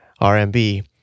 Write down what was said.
RMB